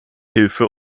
hilfe